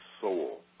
soul